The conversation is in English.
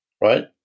Right